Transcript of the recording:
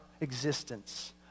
existence